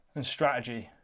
and strategy.